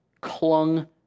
clung